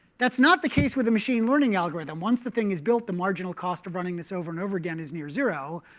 that's not the case with the machine learning algorithm. once the thing is built, the marginal cost of running this over and over again is near zero.